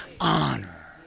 Honor